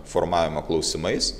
formavimo klausimais